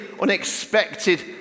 unexpected